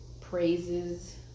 praises